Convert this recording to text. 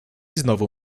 znowu